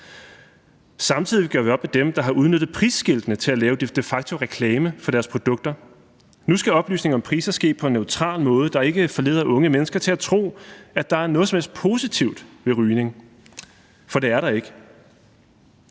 Samtidig gør vi op med dem, der har udnyttet prisskiltene til at lave de facto-reklame for deres produkter. Nu skal oplysninger om priser ske på en neutral måde, der ikke forleder unge mennesker til at tro, at der er noget som helst positivt ved rygning, for det er der ikke.